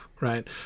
right